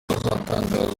hazatangazwa